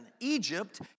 Egypt